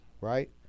Right